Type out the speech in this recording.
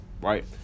right